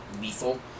lethal